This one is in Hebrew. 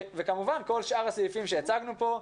וכמובן כל שאר הנושאים שהצגנו פה,